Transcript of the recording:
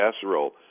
casserole